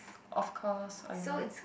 of course I know